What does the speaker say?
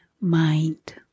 mind